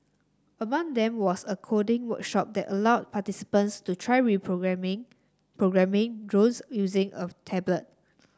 among them was a coding workshop that allowed participants to try programming programming drones using a tablet